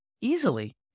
easily